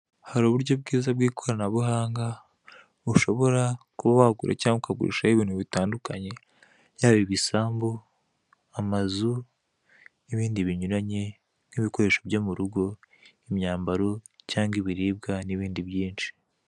Hari uburyo bwiza bw'ikoranabuhanga, ushobora kuba wagura cyangwa ukagurishaho ibintu bitandukanye yaba ibisambu, amazu n'ibindi binyuranye nk'ibikoresho byo murugo imyambaro cyangwa ibiribwa n'ibindi byinshi.